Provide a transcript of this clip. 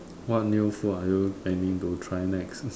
what new food are you planning to try next